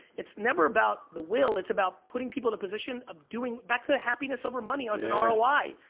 it's never about the will, it's about putting people in a position of doing, back to happiness over money as an roi.